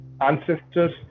ancestors